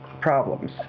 problems